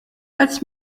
als